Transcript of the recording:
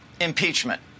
impeachment